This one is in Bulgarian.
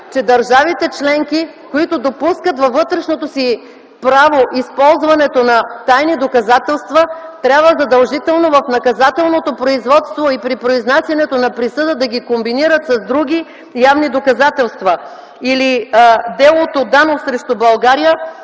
че държавите - членки, които допускат във вътрешното си право използването на тайни доказателства, трябва задължително в наказателното производство и при произнасянето на присъда да ги комбинират с други явни доказателства. Или делото „Данов срещу България”